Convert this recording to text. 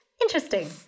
Interesting